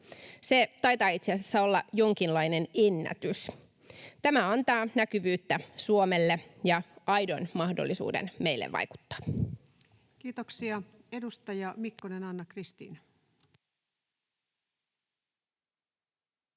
Se taitaa itse asiassa olla jonkinlainen ennätys. Tämä antaa näkyvyyttä Suomelle ja aidon mahdollisuuden meille vaikuttaa. [Speech 234] Speaker: Ensimmäinen